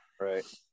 Right